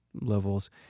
levels